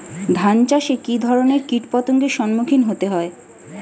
ধান চাষে কী ধরনের কীট পতঙ্গের সম্মুখীন হতে হয়?